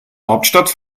hauptstadt